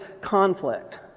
conflict